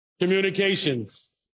communications